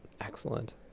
excellent